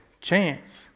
chance